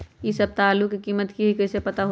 इ सप्ताह में आलू के कीमत का है कईसे पता होई?